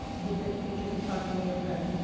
with the features of buckman neighborhood.